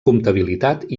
comptabilitat